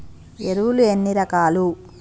ఎరువులు ఎన్ని రకాలు?